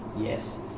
Yes